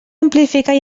amplificar